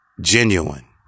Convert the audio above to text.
genuine